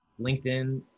LinkedIn